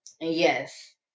Yes